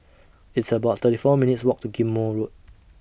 It's about thirty four minutes' Walk to Ghim Moh Road